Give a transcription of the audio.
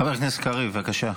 חבר הכנסת קריב, בבקשה.